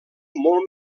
molt